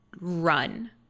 run